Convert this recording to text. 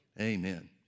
Amen